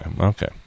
okay